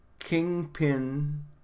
Kingpin